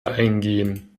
eingehen